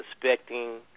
suspecting